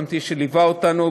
היועץ המשפטי שליווה אותנו,